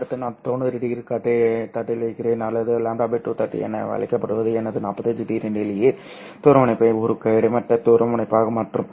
அடுத்து நான் 90 º தட்டில் வைக்கிறேன் அல்லது λ 2 தட்டு என அழைக்கப்படுவது எனது 45 º நேரியல் துருவமுனைப்பை ஒரு கிடைமட்ட துருவமுனைப்பாக மாற்றும்